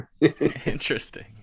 interesting